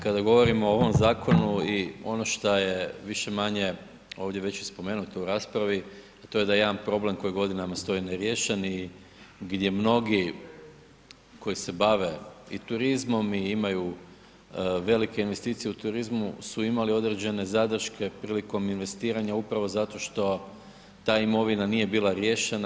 Kada govorimo o ovom zakonu i ono šta je više-manje ovdje spomenuto u raspravi, a to je da jedan problem koji godinama stoji neriješen i gdje mnogi koji se bave i turizmom i imaju velike investicije u turizmu su imali određene zadrške prilikom investiranja upravo zato što ta imovina nije bila riješena.